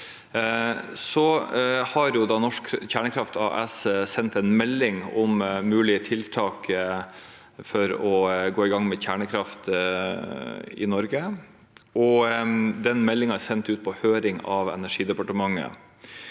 Norsk Kjernekraft AS har sendt en melding om mulige tiltak for å gå i gang med kjernekraft i Norge, og den meldingen er sendt på høring av Energidepartementet.